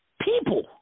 people